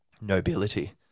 nobility